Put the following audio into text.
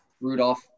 rudolph